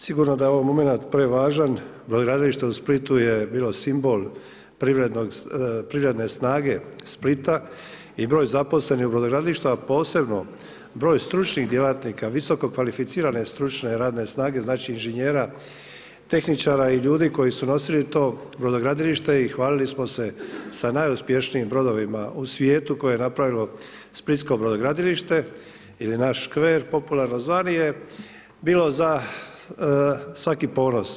Sigurno da je ovo momenat prevažan, brodogradilište u Splitu je bilo simbol privredne snage Splita i broj zaposlenih u brodogradilištu a posebno broj stručnih djelatnika, visokokvalificirane stručne radne snage, znači inženjera, tehničara i ljudi koji su nosili to brodogradilište i hvalili smo se sa najuspješnijim brodovima u svijetu koje je napravilo splitsko brodogradilište ili naš škver, popularno zvani je bilo za svaki ponos.